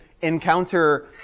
encounter